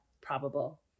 probable